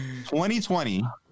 2020